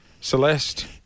Celeste